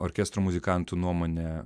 orkestro muzikantų nuomone